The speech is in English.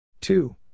Two